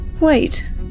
Wait